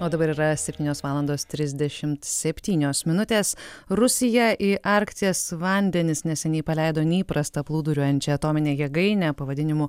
o dabar yra septynios valandos trisdešimt septynios minutės rusija į arkties vandenis neseniai paleido neįprastą plūduriuojančią atominę jėgainę pavadinimu